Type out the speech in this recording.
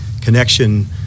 connection